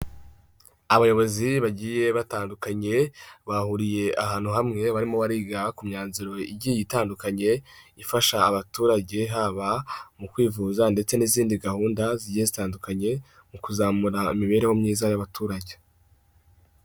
Abayobozi bagiye batandukanye bahuriye ahantu hamwe, barimo bariga ku myanzuro igiye itandukanye ifasha abaturage, haba mu kwivuza ndetse n'izindi gahunda zigiye zitandukanye mu kuzamura imibereho myiza y'abaturage.